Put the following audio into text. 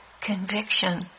conviction